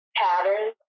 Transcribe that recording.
patterns